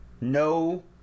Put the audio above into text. No